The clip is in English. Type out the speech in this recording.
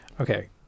okay